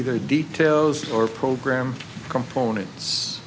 either details or program components